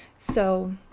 so